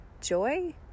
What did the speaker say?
joy